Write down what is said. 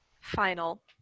final